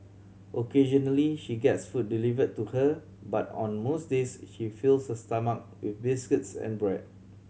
occasionally she gets food delivered to her but on most days she fills her stomach with biscuits and bread